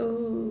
oh